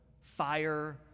fire